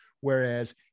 Whereas